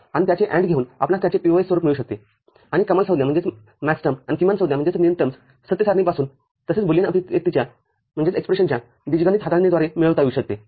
आणि त्याचे AND घेऊन आपणास त्याचे POS स्वरूप मिळू शकते आणि कमाल संज्ञा आणि किमान संज्ञा सत्य सारणीपासून तसेच बुलियन अभिव्यक्तीच्या बीजगणित हाताळणीद्वारे मिळविता येऊ शकते